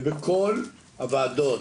ובכל הוועדות